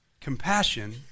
Compassion